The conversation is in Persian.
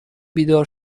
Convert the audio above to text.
بیدار